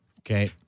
Okay